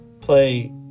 play